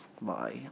Bye